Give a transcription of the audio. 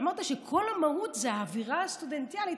ואמרת שכל המהות זו האווירה הסטודנטיאלית,